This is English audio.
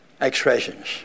expressions